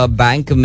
bank